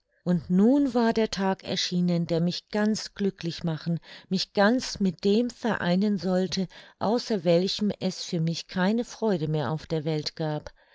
und nun war der tag erschienen der mich ganz glücklich machen mich ganz mit dem vereinen sollte außer welchem es für mich keine freude mehr auf der welt gab